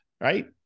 right